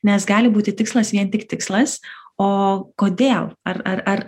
nes gali būti tikslas vien tik tikslas o kodėl ar ar ar